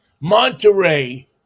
monterey